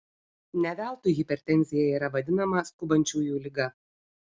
ne veltui hipertenzija yra vadinama skubančiųjų liga